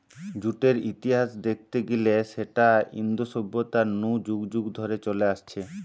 জুটের ইতিহাস দেখতে গিলে সেটা ইন্দু সভ্যতা নু যুগ যুগ ধরে চলে আসছে